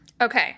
Okay